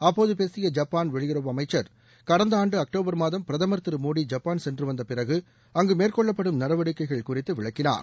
அப்போது பேசிய ஜப்பான் வெளியுறவு அமைச்சா் கடந்த ஆண்டு அக்டோபர் மாதம் பிரதமர் திரு மோடி ஜப்பான் சென்று வந்த பிறகு அங்கு மேற்கொள்ளப்படும் நடவடிக்கைகளை குறித்து விளக்கினார்